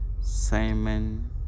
Simon